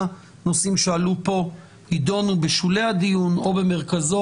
נושאים שהועלו פה יידונו בשולי הדיון או במרכזו,